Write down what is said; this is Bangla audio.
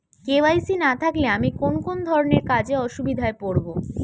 কে.ওয়াই.সি না থাকলে আমি কোন কোন ধরনের কাজে অসুবিধায় পড়ব?